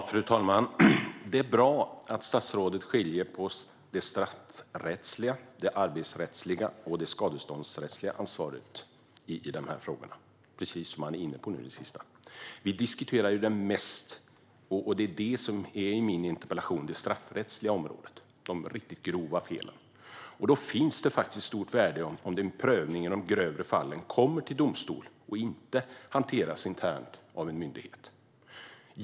Fru talman! Det är bra att statsrådet skiljer på det straffrättsliga, det arbetsrättsliga och det skadeståndsrättsliga ansvaret i dessa frågor. Han var inne på det i sitt senaste inlägg. Vi diskuterar mest det straffrättsliga området och de riktigt grova felen. Det är det jag har interpellerat statsrådet om. Och det finns faktiskt ett stort värde i om en prövning av de grövre fallen kommer till domstol och inte hanteras internt av en myndighet.